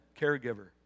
caregiver